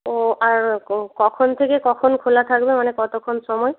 ও আর কখন থেকে কখন খোলা থাকবে মানে কতক্ষণ সময়